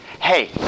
hey